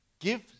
give